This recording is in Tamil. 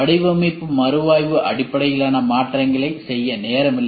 வடிவமைப்பு மறுஆய்வு அடிப்படையிலான மாற்றங்களைச் செய்ய நேரமில்லை